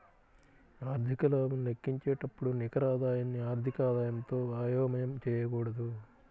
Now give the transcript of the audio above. ఆర్థిక లాభం లెక్కించేటప్పుడు నికర ఆదాయాన్ని ఆర్థిక ఆదాయంతో అయోమయం చేయకూడదు